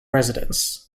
residence